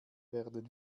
werden